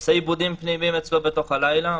עושה עיבודים פנימיים אצלו במהלך הלילה,